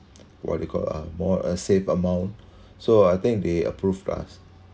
what do you call uh more a safe amount so I think they approved us